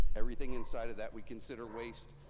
everything in sight of that, we consider waste,